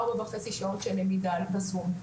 ארבע וחצי שעות של למידה בזום,